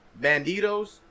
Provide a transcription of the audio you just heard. Banditos